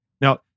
Now